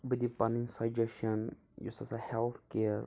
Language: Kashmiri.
بہٕ دِم پَنٕنۍ سَجیٚشَن یُس ہَسا ہیٚلٕتھ کِیر